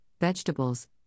vegetables